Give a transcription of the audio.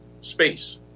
space